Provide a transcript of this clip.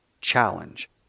challenge